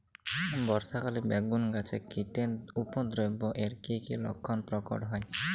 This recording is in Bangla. বর্ষা কালে বেগুন গাছে কীটের উপদ্রবে এর কী কী লক্ষণ প্রকট হয়?